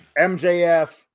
MJF